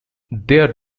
their